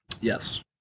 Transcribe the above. Yes